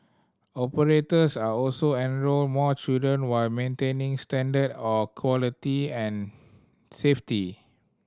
operators are also enrol more children while maintaining standard or quality and safety